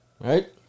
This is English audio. Right